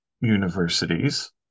universities